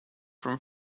from